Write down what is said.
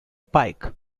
pike